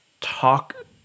talk